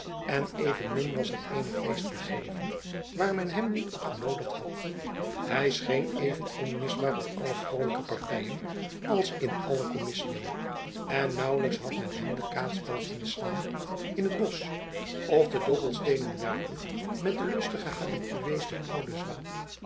en evenmin was er eenig feest gegeven waar men hem niet op genoodigd had hy scheen even onmisbaar op alle vrolijke partyen als in alle kommissiën en naauwelijks had men hem den kaatsbal zien slaan in het bosch of de dobbelsteenen werpen met de lustigste habitués der oude zwaen